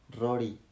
Rory